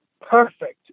perfect